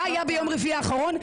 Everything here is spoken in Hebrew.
מה היה ביום רביעי האחרון,